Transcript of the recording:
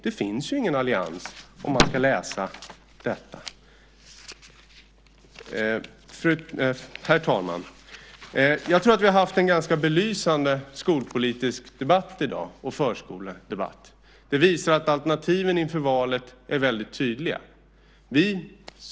Det finns ju ingen allians om man läser detta. Herr talman! Jag tror att vi har haft en ganska belysande skol och förskolepolitisk debatt i dag. Den visar att alternativen inför valet är väldigt tydliga.